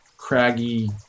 Craggy